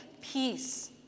peace